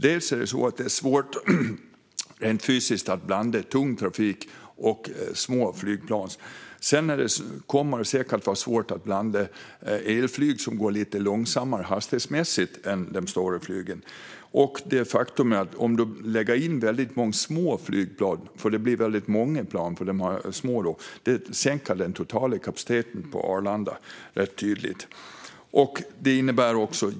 Dels är det svårt rent fysiskt att blanda tung trafik och små flygplan, dels kommer det att bli svårt att blanda elflyg som går lite långsammare hastighetsmässigt med de stora flygen. Att lägga in många små flygplan sänker den totala kapaciteten på Arlanda. Det är tydligt.